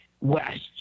west